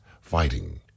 fighting